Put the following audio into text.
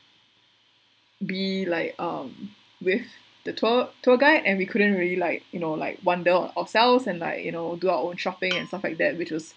be like um with the tour tour guide and we couldn't really like you know like wonder on ourselves and like you know do our own shopping and stuff like that which was